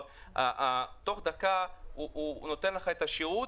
תוך דקה הוא נותן את השירות,